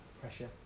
Pressure